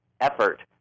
effort